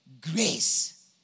grace